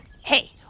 hey